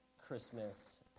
Christmas